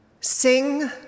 Sing